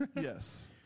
Yes